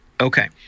Okay